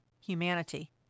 humanity